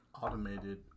Automated